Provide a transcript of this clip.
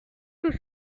tout